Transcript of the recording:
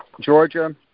Georgia